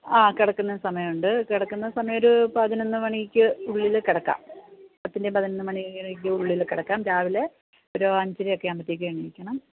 ആ കിടക്കുന്ന സമയമുണ്ട് കിടക്കുന്ന സമയമൊരു പതിനൊന്നു മണിക്കുള്ളില് കിടക്കാം പത്തിന്റെയും പതിനൊന്നു മണിയുടെയും ഉള്ളില് കിടക്കാം രാവിലെ ഒരു അഞ്ചരയൊക്കെയാകുമ്പോത്തേക്ക് എഴുന്നേല്ക്കണം